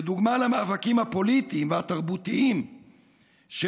כדוגמה למאבקים הפוליטיים והתרבותיים של